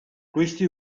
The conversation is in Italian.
questi